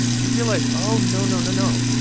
you realize, oh, no, no, no, no.